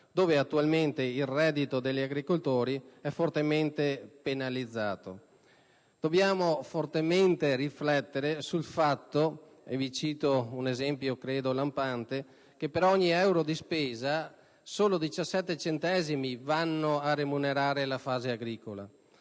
dove attualmente il reddito degli agricoltori è fortemente penalizzato. Dobbiamo riflettere sul fatto che - cito un esempio lampante - per ogni euro di spesa solo 17 centesimi vanno a remunerare la fase agricola